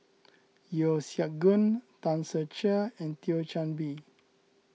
Yeo Siak Goon Tan Ser Cher and Thio Chan Bee